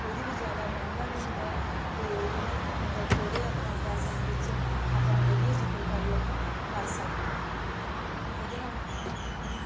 ਉਹਦੇ ਵੀ ਜ਼ਿਆਦਾ ਮਹਿੰਗਾ ਨਹੀਂ ਹੁੰਦਾ ਅਤੇ ਉਹਨੂੰ ਮਤਲਬ ਥੋੜ੍ਹੇ ਆਪਾਂ ਪੈਸਿਆਂ ਦੇ ਵਿੱਚ ਆਪਾਂ ਵਧੀਆ ਚਿੱਤਰਕਾਰੀ ਆਪਾਂ ਕਰ ਸਕਦੇ ਹਾਂ ਇਹਦੇ ਨਾਲ